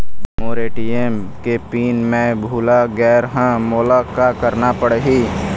मोर ATM के PIN मैं भुला गैर ह, मोला का करना पढ़ही?